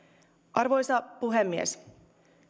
arvoisa puhemies